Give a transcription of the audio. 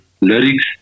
lyrics